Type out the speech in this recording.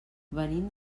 venim